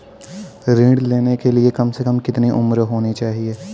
ऋण लेने के लिए कम से कम कितनी उम्र होनी चाहिए?